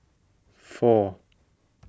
four